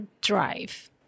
drive